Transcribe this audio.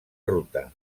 ruta